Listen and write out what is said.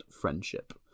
friendship